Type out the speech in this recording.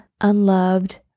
unloved